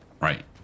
right